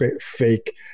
fake